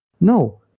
no